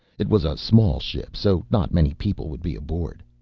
it was a small ship so not many people would be aboard.